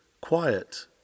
quiet